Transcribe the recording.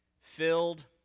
filled